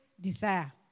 desire